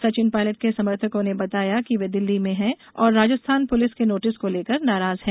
सचिन पायलट के समर्थकों ने बताया कि वे दिल्ली में हैं और राजस्थान पुलिस के नोटिस को लेकर नाराज हैं